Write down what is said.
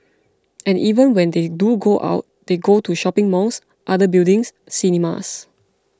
and even when they do go out they go to shopping malls other buildings cinemas